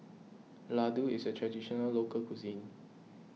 Ladoo is a Traditional Local Cuisine